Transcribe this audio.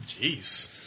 Jeez